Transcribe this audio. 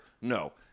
No